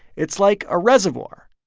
it's like a reservoir.